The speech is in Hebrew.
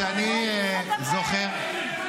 אין עם מי לדבר.